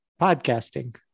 podcasting